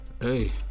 hey